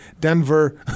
Denver